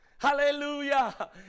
hallelujah